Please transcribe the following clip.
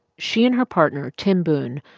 she and her partner, tim boone,